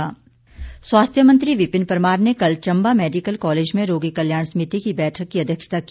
विपिन परमार स्वास्थ्य मंत्री विपिन परमार ने कल चंबा मैडिकल कॉलेज में रोगी कल्याण समिति की बैठक की अध्यक्षता की